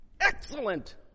Excellent